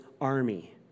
army